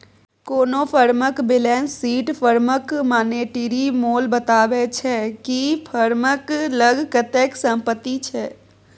कोनो फर्मक balance sheet फर्मक मानेटिरी मोल बताबै छै कि फर्मक लग कतेक संपत्ति छै